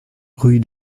rue